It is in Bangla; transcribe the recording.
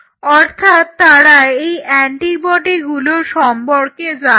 অর্থাৎ তারা এই অ্যান্টিবডিগুলো সম্পর্কে জানতো